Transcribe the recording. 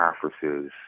conferences